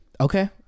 Okay